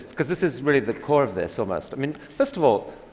because this is really the core of this, almost. i mean, first of all,